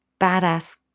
badass